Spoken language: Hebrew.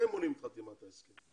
אתם מונעים את חתימת ההסכם.